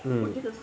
mm